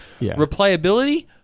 replayability